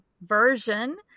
version